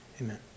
amen